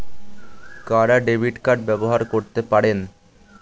কারা debit card ব্যবহার করতে পারেন?